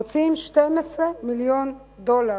מוציאים 12 מיליון דולר,